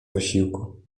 wysiłku